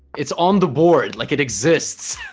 it's on the board like it exists